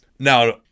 Now